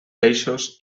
peixos